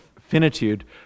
finitude